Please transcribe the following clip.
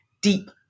deep